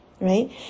right